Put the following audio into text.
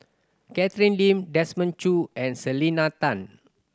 Catherine Lim Desmond Choo and Selena Tan